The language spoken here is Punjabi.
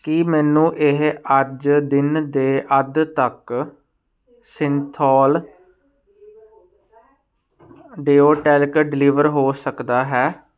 ਕੀ ਮੈਨੂੰ ਇਹ ਅੱਜ ਦਿਨ ਦੇ ਅੱਧ ਤੱਕ ਸਿੰਥੋਲ ਡੀਓ ਟੈਲਕ ਡਿਲੀਵਰ ਹੋ ਸਕਦਾ ਹੈ